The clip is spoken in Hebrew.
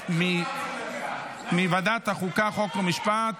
לוועדה, מוועדת החוקה, חוק ומשפט